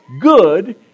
good